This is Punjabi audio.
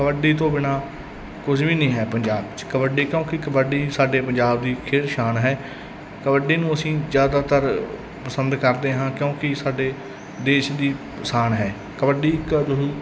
ਕਬੱਡੀ ਤੋਂ ਬਿਨਾਂ ਕੁਝ ਵੀ ਨਹੀਂ ਹੈ ਪੰਜਾਬ 'ਚ ਕਬੱਡੀ ਕਿਉਂਕਿ ਕਬੱਡੀ ਸਾਡੇ ਪੰਜਾਬ ਦੀ ਖੇਡ ਸ਼ਾਨ ਹੈ ਕਬੱਡੀ ਨੂੰ ਅਸੀਂ ਜ਼ਿਆਦਾਤਰ ਪਸੰਦ ਕਰਦੇ ਹਾਂ ਕਿਉਂਕਿ ਸਾਡੇ ਦੇਸ਼ ਦੀ ਸ਼ਾਨ ਹੈ ਕਬੱਡੀ